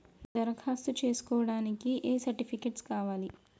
దరఖాస్తు చేస్కోవడానికి ఏ సర్టిఫికేట్స్ కావాలి?